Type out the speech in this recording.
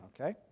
okay